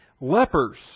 Lepers